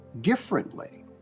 differently